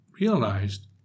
realized